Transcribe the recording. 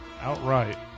Outright